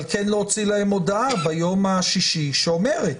אבל כן להוציא להם הודעה ביום השישי שאומרת: